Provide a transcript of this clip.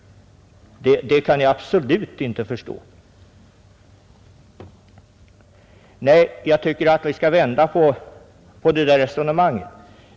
Jag kan inte förstå detta resonemang. Jag tycker att vi skall vända på resonemanget.